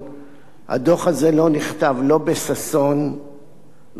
הדוח הזה לא נכתב לא בששון ולא במרץ,